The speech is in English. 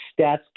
Stats